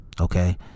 Okay